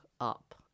up